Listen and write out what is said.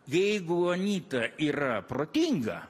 jeigu anyta yra protinga